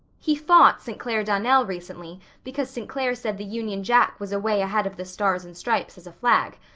he fought st. clair donnell recently because st. clair said the union jack was away ahead of the stars and stripes as a flag.